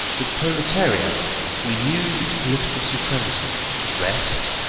the proletariat will use its political supremacy to wrest,